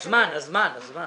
הזמן, הזמן, הזמן.